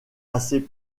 assez